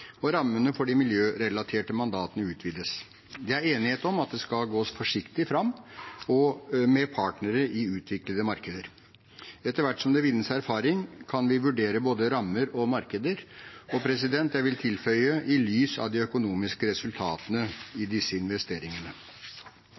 og rammene for de miljørelaterte mandatene utvides. Det er enighet om at det skal gås forsiktig fram, med partnere i utviklede markeder. Etter hvert som det vinnes erfaring, kan vi vurdere både rammer og markeder – og jeg vil tilføye: i lys av de økonomiske resultatene i